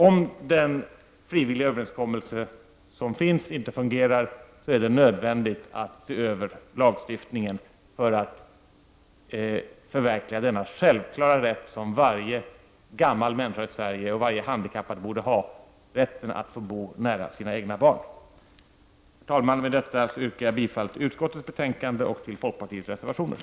Om den frivilliga överenskommelse som finns inte fungerar är det nödvändigt att se över lagstiftningen för att förverkliga denna självklara rätt, som varje gammal människa och varje handikappad i Sverige borde ha, dvs. rätten att få bo nära sina egna barn. Herr talman! Med detta yrkar jag bifall till folkpartiets reservationer och i övrigt till utskottets hemställan.